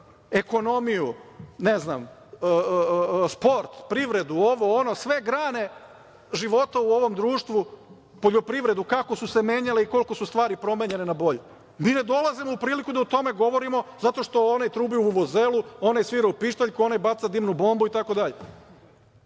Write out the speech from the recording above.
ekonomiju, sport, privredu, ovo, ono, sve grane života u ovom društvu, poljoprivredu, kako su menjale i koliko su stvari promenjene na bolje. Mi ne dolazimo u priliku da o tome govorimo zato što onaj trubi u vuvuzelu, onaj svira u pištaljku, onaj baca dimnu bombu, itd. Mi